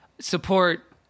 support